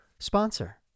Sponsor